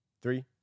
Three